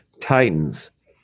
Titans